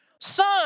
son